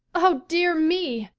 oh, dear me!